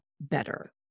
better